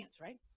right